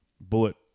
Bullet